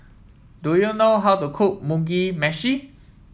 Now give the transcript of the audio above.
do you know how to cook Mugi Meshi